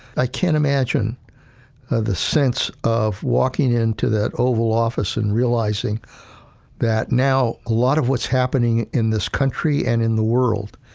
i can't imagine the sense of walking into that oval office and realizing that now, a lot of what's happening in this country and in the world,